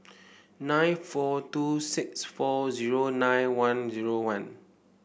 nine four two six four zero nine one zero one